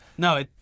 No